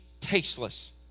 tasteless